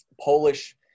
Polish